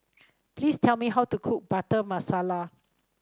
please tell me how to cook Butter Masala